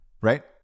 Right